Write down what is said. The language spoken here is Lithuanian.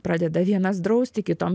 pradeda vienas drausti kitom